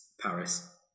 Paris